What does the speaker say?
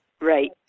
right